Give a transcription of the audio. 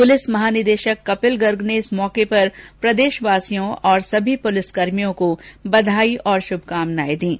police महानिदेशक कपिल गर्ग ने इस अवसर पर प्रदेशवासियों को और सभी पुलिसकर्मियों को बधाई और शुभकामनाए दी है